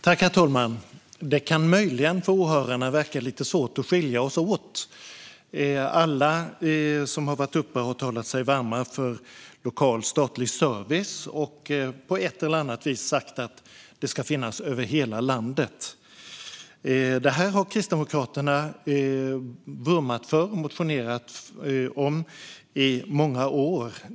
Herr talman! För åhörarna kan det möjligen verka lite svårt att skilja oss åt. Alla som har varit uppe här har talat sig varma för lokal statlig service och på ett eller annat vis sagt att det ska finnas över hela landet. Detta har Kristdemokraterna vurmat för och motionerat om i många år.